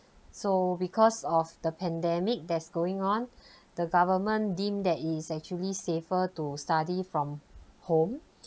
so because of the pandemic that's going on the government deem that it is actually safer to study from home